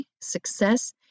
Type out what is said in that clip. success